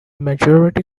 majority